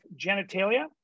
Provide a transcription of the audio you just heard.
genitalia